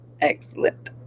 Excellent